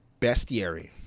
Bestiary